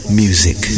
music